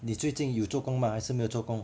你最近有做工吗还是没有做工